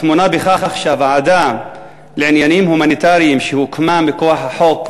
טמונה בכך שהוועדה לעניינים הומניטריים שהוקמה מכוח החוק,